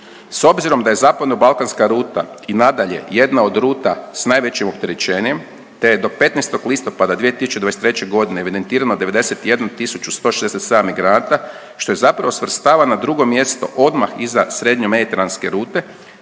S obzirom da je zapadno balkanska ruta i nadalje jedna od ruta s najvećim oterećenjem te je do 15. listopada 2023. godine evidentirano 91 tisuću 167 migranata što je zapravo svrstava na drugo mjesto odmah iza srednje mediteranske rute